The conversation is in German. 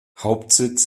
hauptsitz